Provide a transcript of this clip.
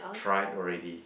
tried already